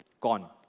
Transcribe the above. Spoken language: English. Gone